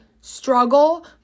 struggle